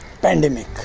pandemic